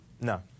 No